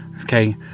Okay